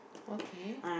okay